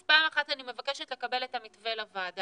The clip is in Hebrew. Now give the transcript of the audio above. אז פעם אחת אני מבקשת לקבל את המתווה לוועדה,